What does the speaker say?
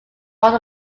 north